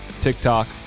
TikTok